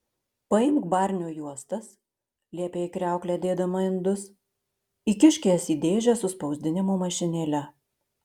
paimk barnio juostas liepė į kriauklę dėdama indus įkišk jas į dėžę su spausdinimo mašinėle